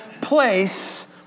place